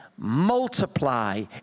multiply